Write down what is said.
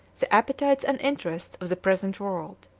the appetites and interests of the present world.